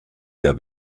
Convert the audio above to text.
der